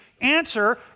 Answer